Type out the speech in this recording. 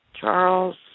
Charles